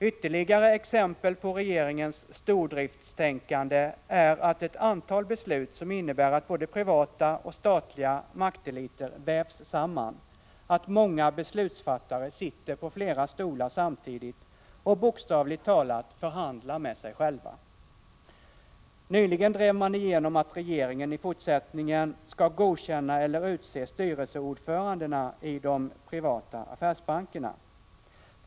Ytterligare exempel på regeringens stordriftstänkande är ett antal beslut som innebär att både privata och statliga makteliter vävs samman, så att många beslutsfattare sitter på flera stolar samtidigt och bokstavligt talat förhandlar med sig själva. Nyligen drev man igenom att regeringen i fortsättningen skall godkänna eller utse styrelseordförandena i de privata affärsbankerna.